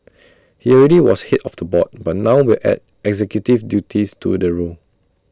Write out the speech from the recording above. he already was Head of the board but now will add executive duties to the role